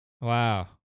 Wow